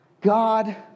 God